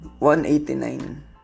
189